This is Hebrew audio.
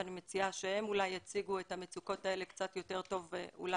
ואני מציעה שהן אולי יציגו את המצוקות קצת יותר טוב ממני.